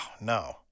no